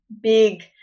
big